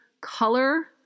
Color